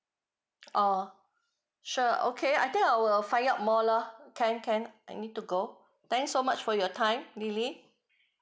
orh sure uh okay I think I will find out more lah can can I need to go thank so much for your time lily